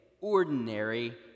ordinary